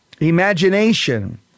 imagination